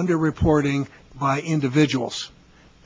under reporting by individuals